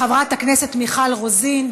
של חברת הכנסת מיכל רוזין.